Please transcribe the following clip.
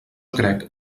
crec